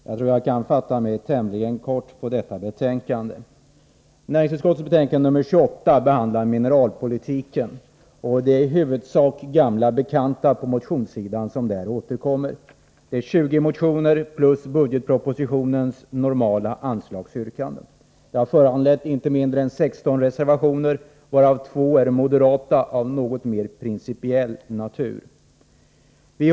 Herr talman! Jag tror att jag kan fatta mig tämligen kort när det gäller detta betänkande. I näringsutskottets betänkande nr 28 behandlas mineralpolitiken. På motionssidan återkommer i huvudsak gamla bekanta. Det rör sig om 20 motioner plus budgetens normala anslagsyrkanden. Här föreligger inte mindre än 16 reservationer, varav 2 är moderata av något mer principiell natur.